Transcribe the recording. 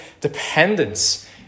dependence